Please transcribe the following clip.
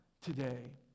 today